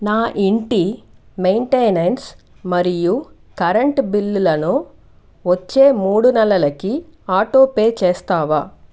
నా ఇంటి మెయింటెనెన్స్ మరియు కరెంటు బిల్లులను వచ్చే మూడు నెలలకి ఆటో పే చేస్తావా